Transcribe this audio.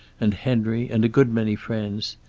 and henry, and a good many friends.